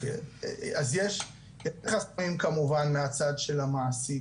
אז יש חסמים כמובן מהצד של המעסיק,